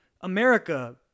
America